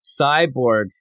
cyborgs